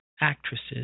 actresses